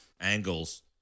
angles